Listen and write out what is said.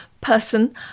person